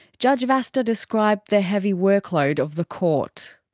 judge vasta described the heavy workload of the court.